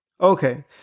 okay